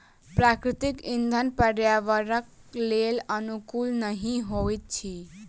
प्राकृतिक इंधन पर्यावरणक लेल अनुकूल नहि होइत अछि